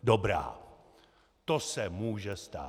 Dobrá, to se může stát.